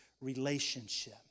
relationship